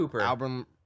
album